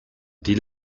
die